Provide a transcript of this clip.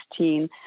2016